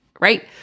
right